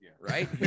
right